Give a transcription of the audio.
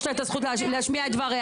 יש לה את הזכות להשמיע את דבריה.